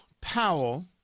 Powell